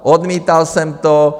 Odmítal jsem to.